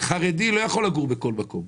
חרדי לא יכול לגור בכל מקום.